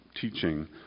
teaching